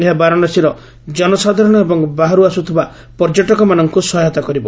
ଏହା ବାରାଣାସୀର କନସାଧାରଣ ଏବଂ ବାହାରୁ ଆସୁଥିବା ପର୍ଯ୍ୟଟକମାନଙ୍କୁ ସହାୟତା କରିବ